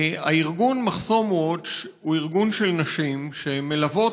הארגון מחסום watch הוא ארגון של נשים שמלוות